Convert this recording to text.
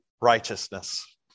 righteousness